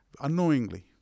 unknowingly